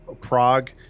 Prague